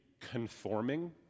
conforming